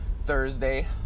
Thursday